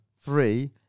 three